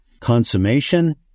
consummation